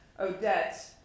Odette